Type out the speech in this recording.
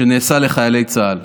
שנעשה לחיילי צה"ל,